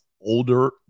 older